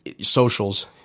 socials